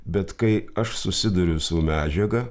bet kai aš susiduriu su medžiaga